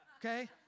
Okay